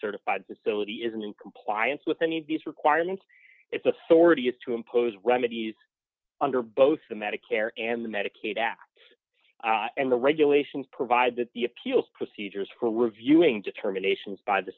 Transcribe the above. certified facility isn't in compliance with any of these requirements its authority is to impose remedies under both the medicare and medicaid acts and the regulations provide that the appeals procedures for reviewing determinations by the